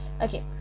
Okay